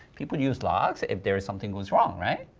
people use logs if there is something goes wrong, right?